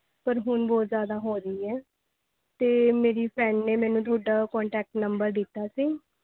ਪਰ ਹੁਣ ਬਹੁਤ ਜ਼ਿਆਦਾ ਹੋ ਰਹੀ ਹੈ ਅਤੇ ਮੇਰੀ ਫ਼ਰੈਂਡ ਨੇ ਮੈਨੂੰ ਤੁਹਾਡਾ ਕੋਨਟੈਕਟ ਨੰਬਰ ਦਿੱਤਾ ਸੀ